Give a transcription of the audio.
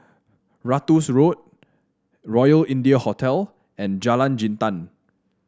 Ratus Road Royal India Hotel and Jalan Jintan